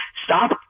Stop